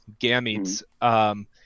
gametes